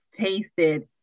tasted